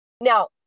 Now